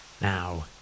Now